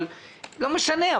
אבל לא משנה.